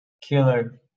Killer